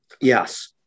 Yes